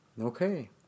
Okay